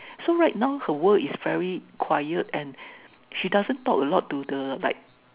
so right now her world is very quiet and she doesn't talk a lot to the like